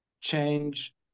change